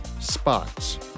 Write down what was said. spots